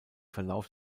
verlauf